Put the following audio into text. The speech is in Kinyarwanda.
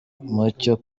mucyo